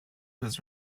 was